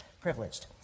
privileged